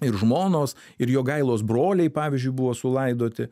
ir žmonos ir jogailos broliai pavyzdžiui buvo sulaidoti